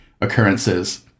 occurrences